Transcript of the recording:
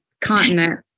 continent